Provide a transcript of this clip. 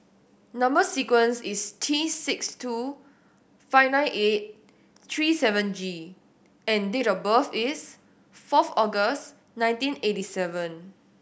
number sequence is T six two five nine eight three seven G and date of birth is fourth August nineteen eighty seven